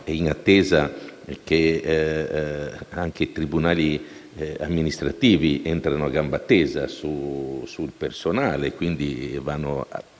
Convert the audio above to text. In attesa che anche i tribunali amministrativi entrino a gamba tesa sul personale (e quelli vanno